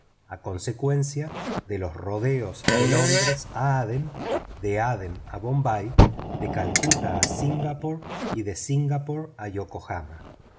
a consecuencia de los rodeos de londres a adén de adén a bombay de calcuta a singapore y de singapore a yokohama